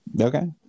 Okay